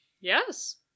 Yes